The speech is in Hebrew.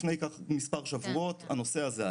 כמה זמן